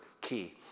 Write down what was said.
key